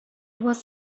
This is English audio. was